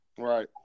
Right